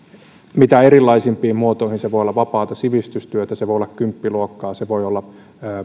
mitä erilaisimpiin muotoihin se voi olla vapaata sivistystyötä se voi olla kymppiluokkaa se voi olla